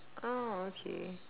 oh okay